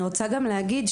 אני רוצה להגיד,